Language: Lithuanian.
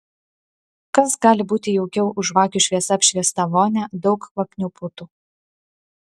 kas gali būti jaukiau už žvakių šviesa apšviestą vonią daug kvapnių putų